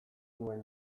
nuen